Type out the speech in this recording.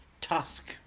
Tusk